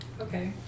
Okay